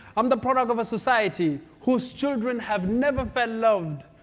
i'm the product of a society who's children have never felt loved.